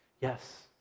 Yes